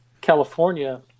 California